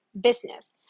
business